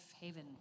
haven